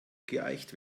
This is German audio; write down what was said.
geeicht